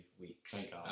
weeks